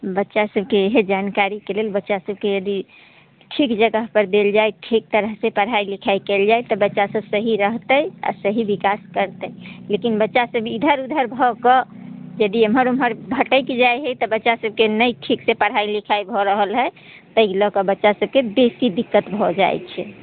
बच्चा सभके इएह जानकारीके लेल बच्चा सभके यदि ठीक जगहपर देल जाइ ठीक तरहसँ पढ़ाइ लिखाइ कयल जाइ तऽ बच्चा सभ सही रहतै आओर सही विकास करतै लेकिन बच्चा सभ इधर उधर भऽ कऽ यदि एम्हर ओम्हर भटकि जाइ है तऽ बच्चा सभके नहि ठीकसँ पढ़ाइ लिखाइ भऽ रहल है ताहि लअ कऽ बच्चा सभके बेसी दिक्कत भऽ जाइ छै